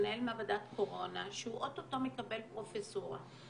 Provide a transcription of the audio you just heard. מנהל מעבדת קורונה שהוא אוטוטו מקבל פרופסורה,